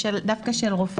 דווקא של רופאה.